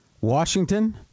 Washington